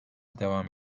devam